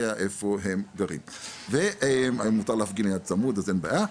איפה הם גרים ומותר להפגין צמוד לשם אז אין בעיה.